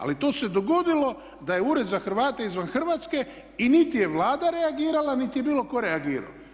Ali to se dogodilo da je Ured za Hrvate izvan Hrvatske i niti je Vlada reagirala niti je bilo tko reagirao.